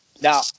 Now